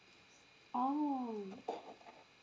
oh